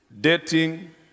dating